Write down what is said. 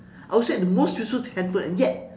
I will say the most useful handphone and yet